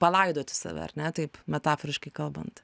palaidoti save ar ne taip metaforiškai kalbant